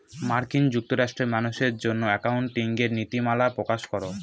মার্কিন যুক্তরাষ্ট্রে মানুষের জন্য একাউন্টিঙের নীতিমালা প্রকাশ করে